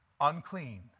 unclean